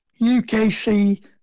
UKC